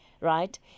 right